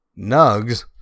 NUGS